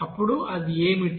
అప్పుడు అది ఏమిటి